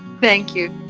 thank you.